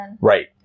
Right